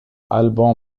alban